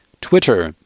Twitter